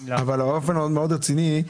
אם לא הייתם רציניים,